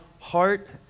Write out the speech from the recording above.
heart